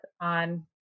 on